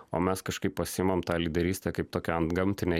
o mes kažkaip pasiimam tą lyderystę kaip tokią antgamtinę